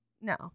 No